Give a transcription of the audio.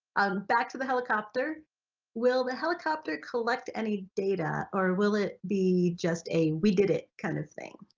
um back to the helicopter will the helicopter collect any data or will it be just a we did it kind of thing?